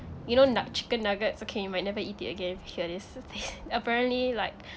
you know nug~ chicken nuggets okay you might never eat it again if you hear this apparently like